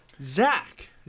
Zach